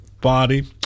body